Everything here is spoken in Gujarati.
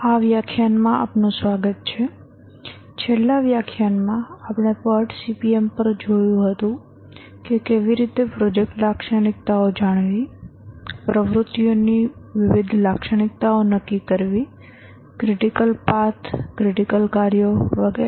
આ વ્યાખ્યાનમાં આપનું સ્વાગત છે છેલ્લા વ્યાખ્યાનમાં આપણે PERT CPM પર જોયું હતું કે કેવી રીતે પ્રોજેક્ટ લાક્ષણિકતાઓ જાણવી પ્રવૃત્તિઓની વિવિધ લાક્ષણિકતાઓ નક્કી કરવી ક્રિટિકલ પાથ ક્રિટિકલ કાર્યો વગેરે